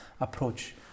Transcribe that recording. approach